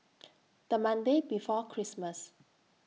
The Monday before Christmas